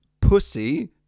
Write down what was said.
Pussy